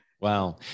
Wow